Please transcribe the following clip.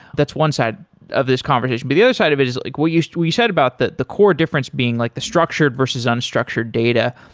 that's one side of this conversation. the the other side of it is like what you so you said about the the core difference being like the structured versus unstructured data,